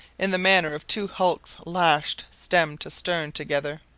in the manner of two hulks lashed stem to stern together.